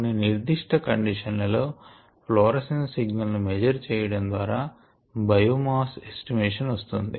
కొన్ని నిర్దిష్ట కండిషన్ లలో ఫ్లోరసెన్స్ సిగ్నల్ ను మేజర్ చేయడం ద్వారా బయోమాస్ ఎస్టిమేషన్ వస్తుంది